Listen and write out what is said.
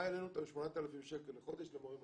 מה העלינו, ל-8,000 שקלים לחודש למורה מתחיל?